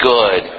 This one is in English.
Good